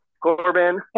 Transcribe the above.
Corbin